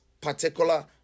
particular